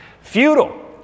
Futile